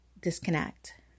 disconnect